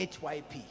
HYP